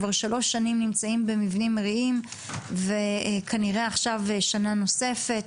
הם כבר שלוש שנים במבנים ארעיים וכנראה עכשיו שנה נוספת.